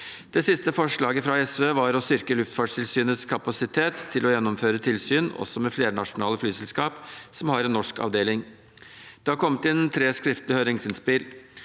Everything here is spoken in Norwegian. Det siste forslaget fra SV er å styrke Luftfartstilsynets kapasitet til å gjennomføre tilsyn, også med flernasjonale flyselskap som har en norsk avdeling. Det har kommet inn tre skriftlige høringsinnspill.